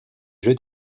jeux